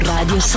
Radio